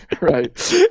Right